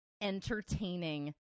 entertaining